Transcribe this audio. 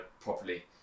properly